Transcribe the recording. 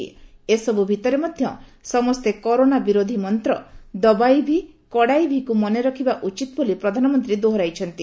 ସେ କହିଛନ୍ତି ଏସବୁ ଭିତରେ ମଧ୍ୟ ସମସ୍ତେ କରୋନା ବିରୋଧୀ ମନ୍ତ 'ଦବାଇ ଭି କଡ଼ାଇ ଭି'କୁ ମନେ ରଖିବା ଉଚିତ ବୋଲି ପ୍ରଧାନମନ୍ତ୍ରୀ ଦୋହରାଇଛନ୍ତି